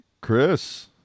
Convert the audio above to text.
Chris